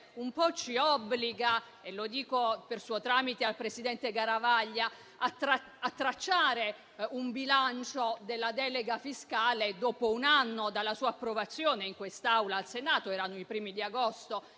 un po' ci obbliga - lo dico, per suo tramite, al presidente Garavaglia - a tracciare un bilancio della delega fiscale dopo un anno dalla sua approvazione in quest'Aula (erano i primi di agosto,